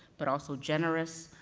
but also generous,